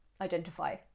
identify